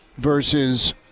versus